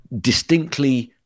distinctly